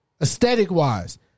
Aesthetic-wise